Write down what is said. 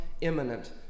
imminent